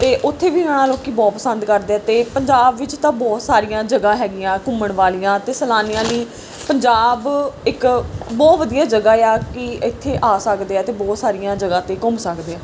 ਅਤੇ ਉੱਥੇ ਵੀ ਜਾਣਾ ਲੋਕ ਬਹੁਤ ਪਸੰਦ ਕਰਦੇ ਆ ਅਤੇ ਪੰਜਾਬ ਵਿੱਚ ਤਾਂ ਬਹੁਤ ਸਾਰੀਆਂ ਜਗ੍ਹਾ ਹੈਗੀਆਂ ਘੁੰਮਣ ਵਾਲੀਆਂ ਅਤੇ ਸੈਲਾਨੀਆਂ ਲਈ ਪੰਜਾਬ ਇੱਕ ਬਹੁਤ ਵਧੀਆ ਜਗ੍ਹਾ ਆ ਕਿ ਇੱਥੇ ਆ ਸਕਦੇ ਆ ਅਤੇ ਬਹੁਤ ਸਾਰੀਆਂ ਜਗ੍ਹਾ 'ਤੇ ਘੁੰਮ ਸਕਦੇ ਆ